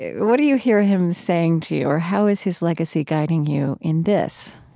what do you hear him saying to you? or how is his legacy guiding you in this?